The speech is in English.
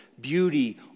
beauty